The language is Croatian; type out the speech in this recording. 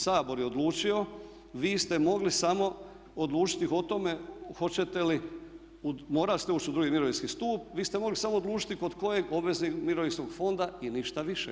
Sabor je odlučio, vi ste mogli samo odlučiti o tome hoćete li, morali ste uči u drugi mirovinski stup, vi ste mogli samo odlučiti kod kojeg obveznika mirovinskog fonda i ništa više.